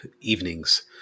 evenings